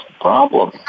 problem